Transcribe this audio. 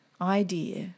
idea